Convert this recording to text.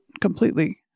completely